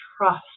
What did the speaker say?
trust